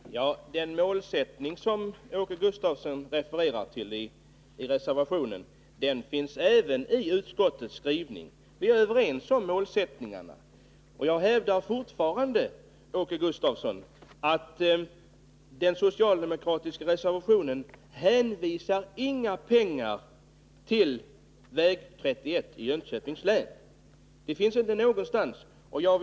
Herr talman! Den målsättning i reservationen som Åke Gustavsson refererar till finns även i utskottets skrivning. Vi är överens på den punkten. Jag hävdar fortfarande, Åke Gustavsson, att den socialdemokratiska reservationen inte anvisar några pengar till riksväg 31 i Jönköpings län. Det finns inte angivet någonstans.